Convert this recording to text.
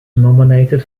nominated